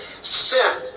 sin